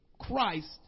Christ